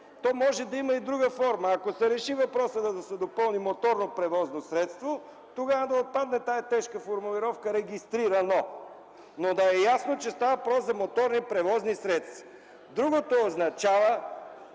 то може да има и друга форма. Ако се реши въпросът и се допълни „моторно” превозно средство, тогава да отпадне тежката формулировка „регистрирано”, но да е ясно, че става въпрос за моторни превозни средства. Другото означава,